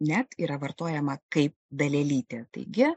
net yra vartojama kaip dalelytė taigi